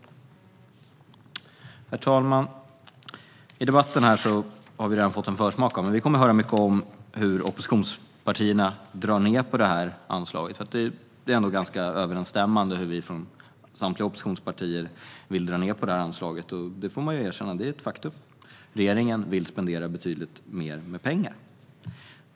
Herr talman! Vi har redan fått en försmak av det i debatten, men vi kommer att höra mycket om hur oppositionspartierna vill dra ned på detta anslag. Det är nämligen ganska överensstämmande hur vi från samtliga oppositionspartier vill dra ned på anslaget. Det får man erkänna. Det är ett faktum. Regeringen vill spendera betydligt mer pengar.